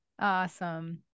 Awesome